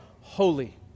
holy